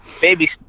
Baby